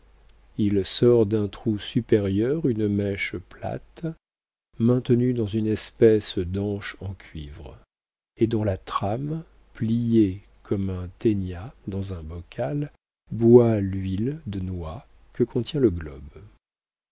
il sort d'un trou supérieur une mèche plate maintenue dans une espèce d'anche en cuivre et dont la trame pliée comme un tænia dans un bocal boit l'huile de noix que contient le globe